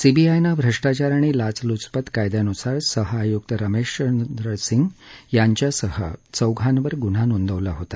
सीबीआयनं भ्रष्टाचार आणि लाचलुपत कायद्यानुसार सह आयुक्त रमेश चंद्र सिंग यांच्यासह चौघांवर गुन्हा नोंदवला होता